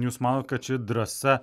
jūs manot kad čia drąsa